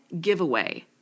giveaway